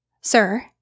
Sir